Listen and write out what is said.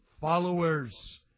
followers